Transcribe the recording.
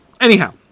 anyhow